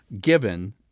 given